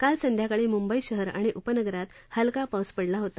काल संध्याकाळी मुंबई शहर आणि उपनगरात हलका पाऊस पडला होता